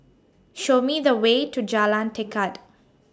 Show Me The Way to Jalan Tekad